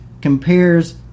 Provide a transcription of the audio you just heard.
compares